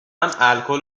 الکل